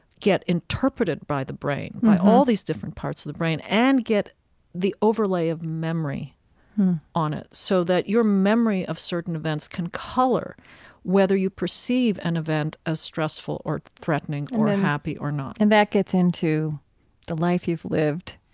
get interpreted by the brain, by all these different parts of the brain, and get the overlay of memory on it, so that your memory of certain events can color whether you perceive an event as stressful or threatening or happy or not and that gets into the life you've lived,